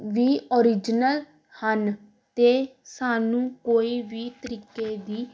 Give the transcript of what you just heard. ਵੀ original ਹਨ ਅਤੇ ਸਾਨੂੰ ਕੋਈ ਵੀ ਤਰੀਕੇ ਦੀ